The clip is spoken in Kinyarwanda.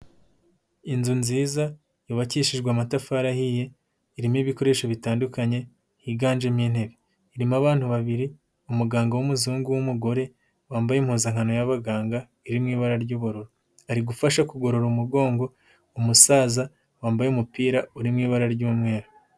Inzu nziza yubakishijwe amatafari ahiye, irimo ibikoresho bitandukanye higanjemo intebe. Irimo abantu babiri, umuganga w'umuzungu w'umugore, wambaye impuzankano y'abaganga iri mu ibara ry'ubururu. Ari gufasha kugorora umugongo, umusaza wambaye umupira uri mu ibara ry'umweru.